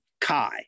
Kai